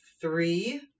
three